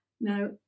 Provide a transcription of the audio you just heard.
Now